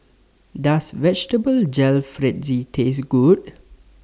Does Vegetable Jalfrezi Taste Good